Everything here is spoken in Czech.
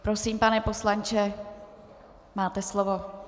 Prosím, pane poslanče, máte slovo.